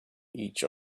each